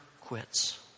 quits